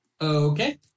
Okay